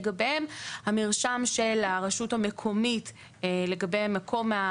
לגביהם המרשם של הרשות המקומית לגבי מקומם,